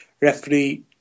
referee